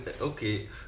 Okay